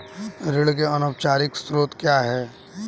ऋण के अनौपचारिक स्रोत क्या हैं?